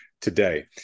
today